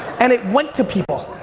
and it went to people.